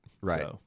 right